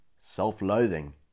Self-loathing